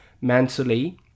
mentally